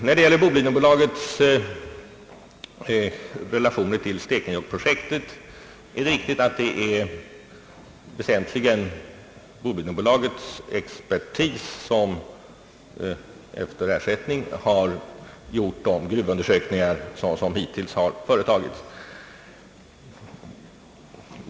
När det gäller Bolidenbolagets relation till stekenjokkprojektet är det riktigt att det väsentligen är Bolidenbolagets expertis som efter ersättning har gjort de gruvundersökningar som hittills företagits.